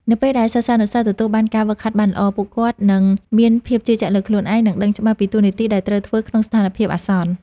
នៅពេលដែលសិស្សានុសិស្សទទួលបានការហ្វឹកហាត់បានល្អ ពួកគាត់នឹងមានភាពជឿជាក់លើខ្លួនឯង និងដឹងច្បាស់ពីតួនាទីដែលត្រូវធ្វើក្នុងស្ថានភាពអាសន្ន។